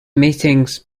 meetings